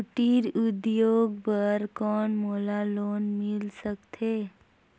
कुटीर उद्योग बर कौन मोला लोन मिल सकत हे?